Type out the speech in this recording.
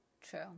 True